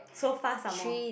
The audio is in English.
so fast some more